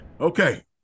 Okay